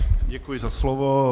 Děkuji za slovo.